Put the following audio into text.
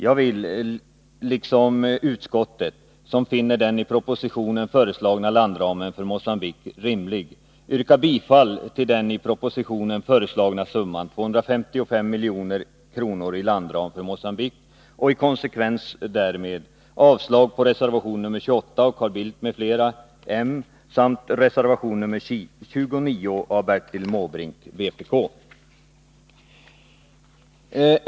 Jag vill liksom utskottet, som finner den i propositionen föreslagna landramen för Mogambique rimlig, yrka bifall till den i propositionen föreslagna summan 255 milj.kr. i landram för Mogambique. I konsekvens därmed yrkar jag avslag på reservation 28 av Carl Bildt m.fl. samt reservation 29 av Bertil Måbrink.